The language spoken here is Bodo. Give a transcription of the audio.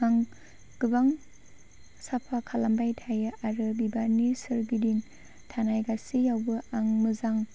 आं गोबां साफा खालामबाय थायो आरो बिबारनि सोरगिदिं थानाय गासैआवबो आं मोजां